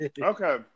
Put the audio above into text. Okay